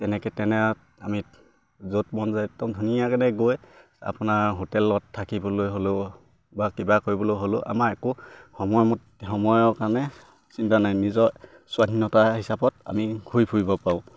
তেনেকে তেনে আমি য'ত বন যায় একদম ধুনীয়াকে গৈ আপোনাৰ হোটেলত থাকিবলৈ হ'লেও বা কিবা কৰিবলৈ হ'লেও আমাৰ একো সময়মতে সময়ৰ কাৰণে চিন্তা নাই নিজৰ স্বাধীনতা হিচাপত আমি ঘূৰি ফুৰিব পাৰোঁ